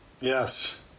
Yes